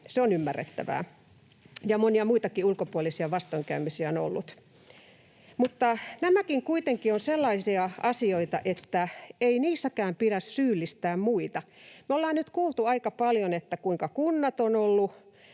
Se on ymmärrettävää. Monia muitakin ulkopuolisia vastoinkäymisiä on ollut, mutta nämäkin kuitenkin ovat sellaisia asioita, että ei niistäkään pidä syyllistää muita. Me ollaan nyt kuultu aika paljon, kuinka kunnat ovat olleet